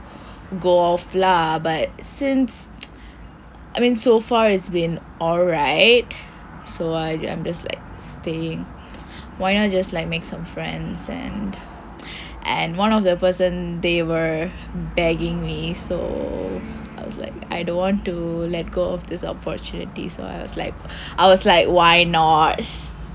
go off lah but since I mean so far it's been all right so I am just like staying why not just like make some friends and and one of the person they were begging me so I was like I don't want to let go of this opportunity so I was like I was like why not